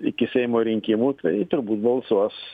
iki seimo rinkimų tai turbūt balsuos